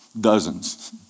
dozens